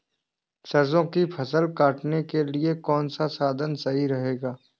सरसो की फसल काटने के लिए कौन सा साधन सही रहेगा?